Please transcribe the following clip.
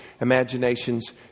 imaginations